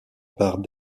part